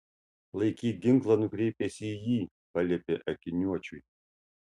laikyk ginklą nukreipęs į jį paliepė akiniuočiui